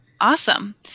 Awesome